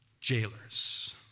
jailers